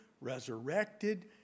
resurrected